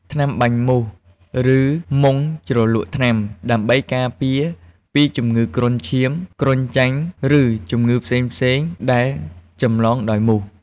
ថ្នាំបាញ់មូស ឬមុងជ្រលក់ថ្នាំ ដើម្បីការពារពីជំងឺគ្រុនឈាម គ្រុនចាញ់ ឬជំងឺផ្សេងៗដែលចម្លងដោយមូស។